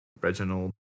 Reginald